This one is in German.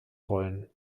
rollen